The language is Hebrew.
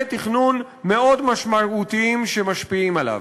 תכנון מאוד משמעותיים שמשפיעים עליו.